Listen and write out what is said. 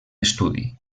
estudi